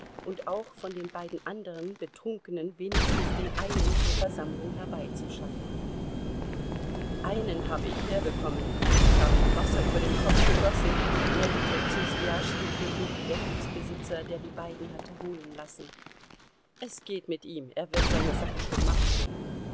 und auch von den beiden andern betrunkenen wenigstens den einen zur versammlung herbeizuschaffen einen habe ich herbekommen ich habe ihm wasser über den kopf gegossen meldete zu swijaschski tretend der gutsbesitzer der die beiden hatte holen lassen es geht mit ihm er wird seine sache schon machen